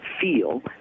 feel